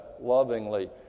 lovingly